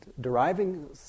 deriving